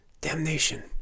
Damnation